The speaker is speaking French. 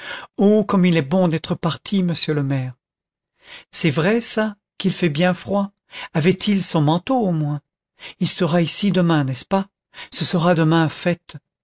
comme il est bon d'être parti monsieur le maire c'est vrai ça qu'il fait bien froid avait-il son manteau au moins il sera ici demain n'est-ce pas ce sera demain fête